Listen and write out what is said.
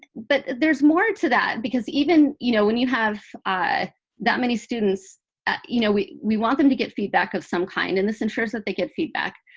but there's more to that because even you know when you have ah that many students ah you know we we want them to get feedback of some kind. and this ensures that they get feedback.